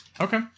Okay